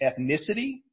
ethnicity